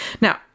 Now